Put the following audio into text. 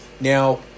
Now